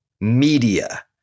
media